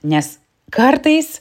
nes kartais